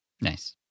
Nice